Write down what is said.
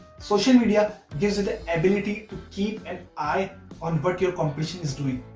social media gives you the ability to keep an eye on what your competition is doing.